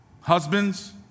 Husbands